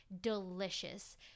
delicious